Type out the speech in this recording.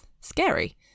scary